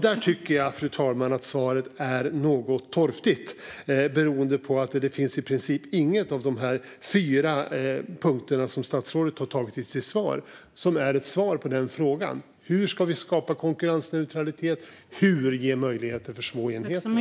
Där tycker jag, fru talman, att svaret är något torftigt beroende på att i princip ingen av de fyra punkter som statsrådet tar upp i sitt svar ger svar på frågorna: Hur ska vi skapa konkurrensneutralitet? Och hur ska vi ge möjlighet för små enheter?